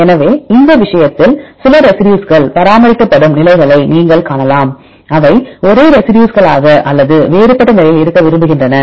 எனவே இந்த விஷயத்தில் சில ரெசிடியூஸ்கள் பராமரிக்கப்படும் நிலைகளை நீங்கள் காணலாம் அவை ஒரே ரெசிடியூஸ்களாக அல்லது வேறுபட்ட நிலையில் இருக்க விரும்புகின்றன